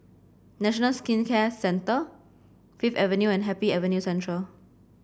National Skin Care Centre Fifth Avenue and Happy Avenue Central